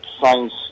science